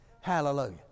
Hallelujah